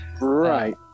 Right